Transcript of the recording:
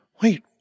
Wait